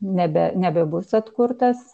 nebe nebebus atkurtas